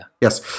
Yes